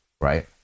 right